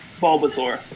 Bulbasaur